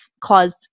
caused